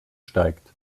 steigt